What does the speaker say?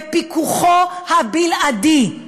בפיקוחו הבלעדי,